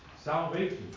salvation